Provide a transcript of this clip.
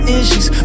issues